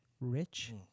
rich